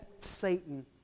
Satan